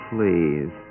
Please